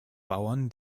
bauern